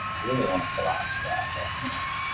really want to collapse that but i can'.